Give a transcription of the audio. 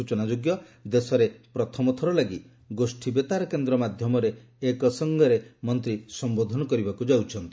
ସୂଚନା ଯୋଗ୍ୟ ଦେଶରେ ପ୍ରଥମଥର ଲାଗି ଗୋଷ୍ଠୀ ବେତାର କେନ୍ଦ୍ର ମାଧ୍ୟମରେ ଏକାସଙ୍ଗରେ ମନ୍ତ୍ରୀ ସମ୍ବୋଧନ କରିବାକୁ ଯାଉଛନ୍ତି